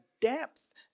depth